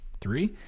Three